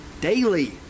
daily